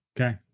Okay